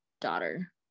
daughter